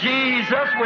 Jesus